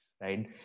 right